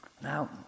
Now